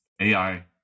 AI